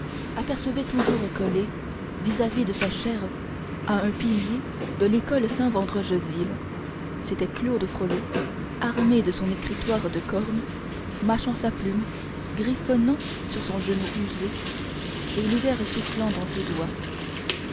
apercevait toujours collé vis-à-vis de sa chaire à un pilier de l'école saint vendregesile c'était claude frollo armé de son écritoire de corne mâchant sa plume griffonnant sur son genou usé et l'hiver soufflant dans ses doigts